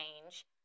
change